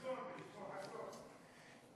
שמך זועבי, שמו חסון.